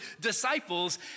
disciples